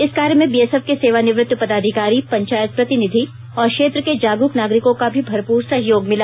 इस कार्य में बीएसएफ के सेवानिवृत पदाधिकारी पंचायत प्रतिनिधि और क्षेत्र के जागरूक नागरिकों का भी भरपूर सहयोग मिला